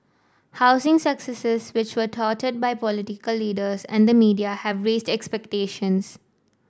housing successes which were touted by political leaders and the media have raised expectations